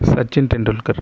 Sachin Tendulkar